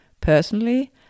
Personally